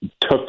took